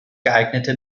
geeignete